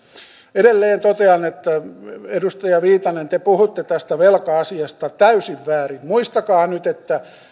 edelleen totean edustaja viitanen te puhutte tästä velka asiasta täysin väärin muistakaa nyt että